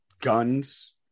guns